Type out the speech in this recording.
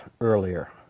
earlier